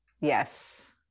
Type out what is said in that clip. yes